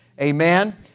Amen